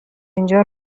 اینجا